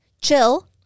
Chill